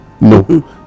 No